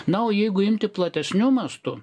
na o jeigu imti platesniu mastu